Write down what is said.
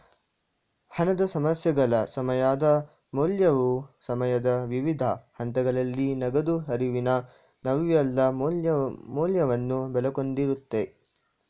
ಹಣದ ಸಮಸ್ಯೆಗಳ ಸಮಯದ ಮೌಲ್ಯವು ಸಮಯದ ವಿವಿಧ ಹಂತಗಳಲ್ಲಿ ನಗದು ಹರಿವಿನ ನಿವ್ವಳ ಮೌಲ್ಯವನ್ನು ಒಳಗೊಂಡಿರುತ್ತೆ